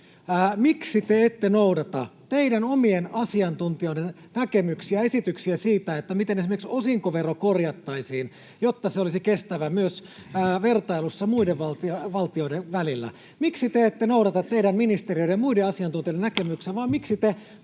Miksi te ette noudata teidän omien asiantuntijoidenne näkemyksiä, esityksiä siitä, miten esimerkiksi osinkovero korjattaisiin, jotta se olisi kestävä myös vertailussa muiden valtioiden välillä? Miksi te ette noudata teidän ministeriöiden ja muiden asiantuntijoiden näkemyksiä, [Puhemies